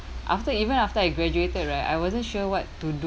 after even after I graduated right I wasn't sure what to do